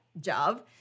job